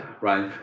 Right